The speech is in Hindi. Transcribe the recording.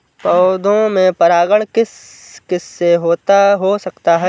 पौधों में परागण किस किससे हो सकता है?